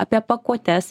apie pakuotes